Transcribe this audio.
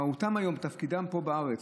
תפקידם פה בארץ,